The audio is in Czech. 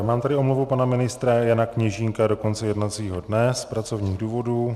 Mám tady omluvu pana ministra Jana Kněžínka do konce jednacího dne z pracovních důvodů.